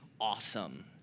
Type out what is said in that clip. awesome